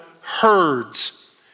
herds